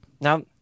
Now